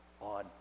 on